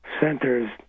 centers